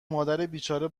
مادربیچاره